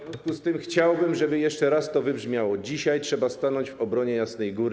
W związku z tym chciałbym, żeby jeszcze raz to wybrzmiało: dzisiaj trzeba stanąć w obronie Jasnej Góry.